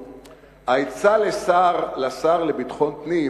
הוא העצה לשר לביטחון פנים